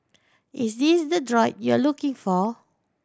is this the droid you're looking for